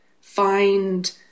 find